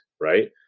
right